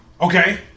Okay